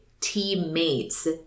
teammates